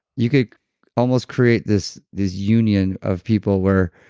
you could almost create this this union of people where,